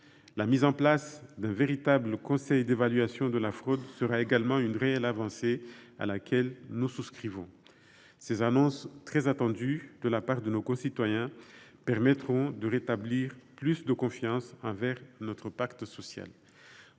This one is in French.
La mise en place d’un véritable conseil d’évaluation de la fraude constituera également une réelle avancée, à laquelle nous souscrivons. Ces annonces, très attendues de la part de nos concitoyens, permettront d’instaurer une plus grande confiance dans notre pacte social.